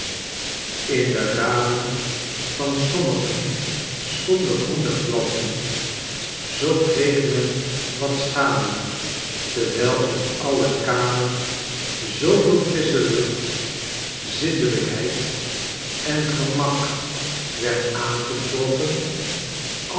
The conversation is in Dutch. in de ramen van sommigen stonden groene planten zookreeg men wat schaduw terwijl in alle kamers zooveel frissche lucht zindelijkheid en gemak werd aangetroffen